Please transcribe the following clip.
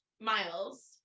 Miles